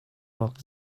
awk